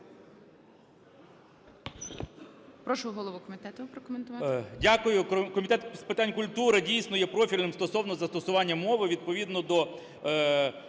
Прошу голову комітету прокоментувати.